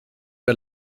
der